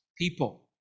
people